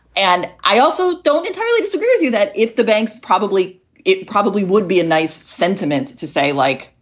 and i also don't entirely disagree with you that if the banks probably it probably would be a nice sentiment to say, like,